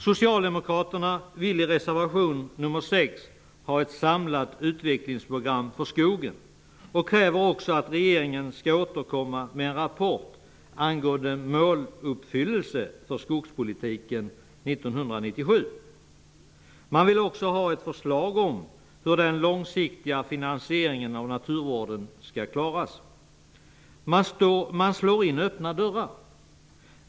Socialdemokraterna vill i reservation nr 6 ha ett samlat utvecklingsprogram för skogen och kräver att regeringen skall återkomma med en rapport angående måluppfyllelse för skogspolitiken 1997. De vill också ha ett förslag om hur den långsiktiga finansieringen av naturvården skall klaras. Socialdemokraterna slår in öppna dörrar.